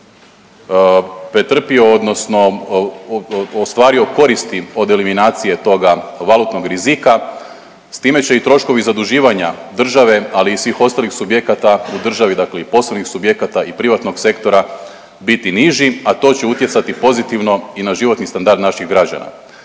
pretrpio odnosno ostvario koristi od eliminacije toga valutnog rizika. S time će i troškovi zaduživanja države, ali i svih ostalih subjekata u državi, dakle i poslovnih subjekata i privatnog sektora biti niži, a to će utjecati pozitivno i na životni standard naših građana.